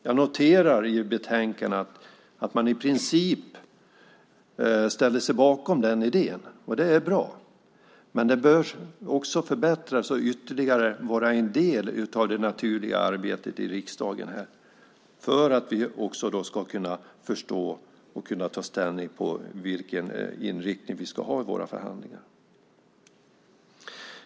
Jag noterar i betänkandet att man i princip ställer sig bakom den idén, och det är bra. Men det bör också förbättras och vara en del av det naturliga arbetet i riksdagen för att vi ska kunna förstå och ta ställning till vilken inriktning vi ska ha i våra förhandlingar.